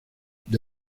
the